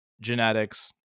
genetics